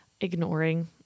ignoring